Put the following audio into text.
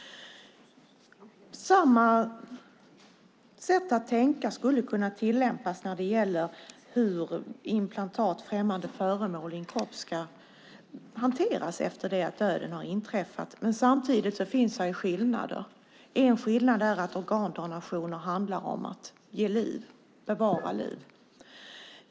Samma sätt att tänka skulle kunna tillämpas när det gäller hur implantat i form av främmande föremål i en kropp ska hanteras efter det att döden har inträffat. Samtidigt finns det skillnader. En skillnad är att organdonationer handlar om att bevara liv.